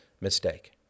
mistake